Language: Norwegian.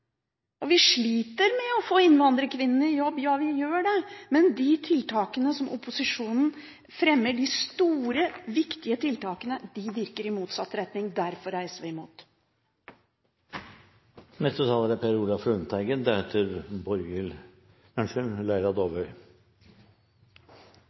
også. Vi sliter med å få innvandrerkvinnene i jobb – ja, vi gjør det. Men de store, viktige tiltakene som opposisjonen fremmer forslag til, virker i motsatt retning. Derfor er